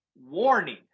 warning